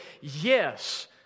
yes